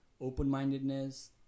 open-mindedness